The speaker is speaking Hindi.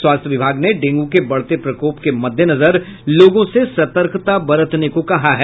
स्वास्थ्य विभाग ने डेंगू के बढ़ते प्रकोप के मद्देनजर लोगों से सतर्कता बरतने को कहा है